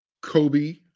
Kobe